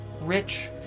rich